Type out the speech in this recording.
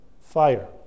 fire